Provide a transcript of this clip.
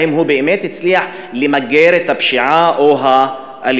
האם הוא באמת הצליח למגר את הפשיעה או האלימות?